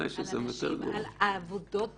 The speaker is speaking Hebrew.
על עבודות פשוטות,